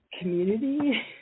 community